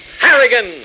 Harrigan